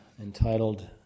entitled